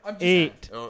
Eight